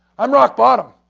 i'm rock bottom.